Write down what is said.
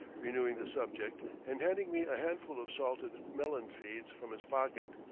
renewing the subject and handing me a handful of salted melon seeds from his pocket,